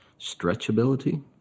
stretchability